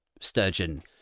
Sturgeon